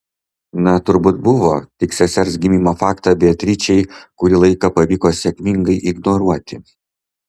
na turbūt buvo tik sesers gimimo faktą beatričei kurį laiką pavyko sėkmingai ignoruoti